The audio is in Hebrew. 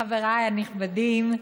חבריי הנכבדים,